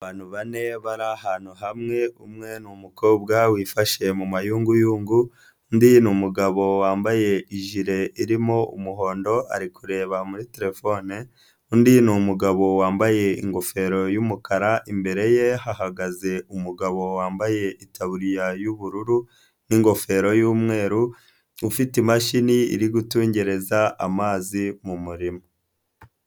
Abantu bane bari ahantu hamwe umwe n'umukobwa wifashe mu mayunguyungu, undi ni umugabo wambaye ijire irimo umuhondo ari kureba muri terefone, undi ni umugabo wambaye ingofero y'umukara, imbere ye hahagaze umugabo wambaye itaburiya y'ubururu n'ingofero y'umweru ufite imashini iri gutungereza amazi mu murima.